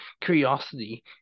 curiosity